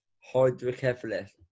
Hydrocephalus